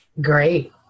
Great